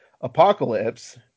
Apocalypse